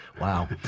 Wow